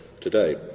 today